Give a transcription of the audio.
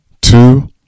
two